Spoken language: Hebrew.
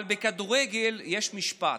אבל בכדורגל יש משפט: